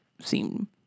seem